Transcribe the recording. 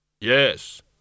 Yes